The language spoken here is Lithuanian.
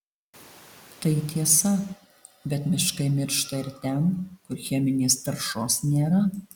tai tiesa bet miškai miršta ir ten kur cheminės taršos nėra